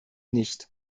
nicht